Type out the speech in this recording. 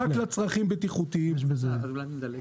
בפועל ההשפעה היא זניחה על השוק.